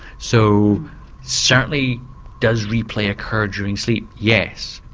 so certainly does replay occur during sleep? yes.